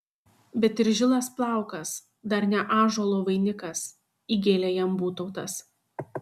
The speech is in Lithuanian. bet ir žilas plaukas dar ne ąžuolo vainikas įgėlė jam būtautas